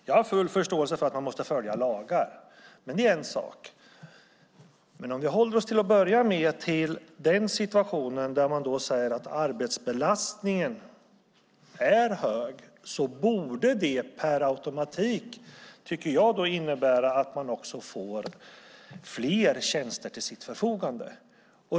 Jag har full förståelse för att man måste följa lagar. Det är en sak. Men om vi till att börja med håller oss till den situation där man säger att arbetsbelastningen är hög borde det per automatik innebära att man också får fler tjänster till sitt förfogande.